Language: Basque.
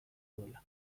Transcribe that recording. duela